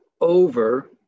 over